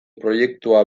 proiektua